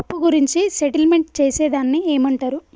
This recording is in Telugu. అప్పు గురించి సెటిల్మెంట్ చేసేదాన్ని ఏమంటరు?